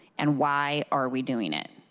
and why are we doing it?